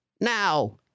Now